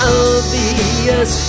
obvious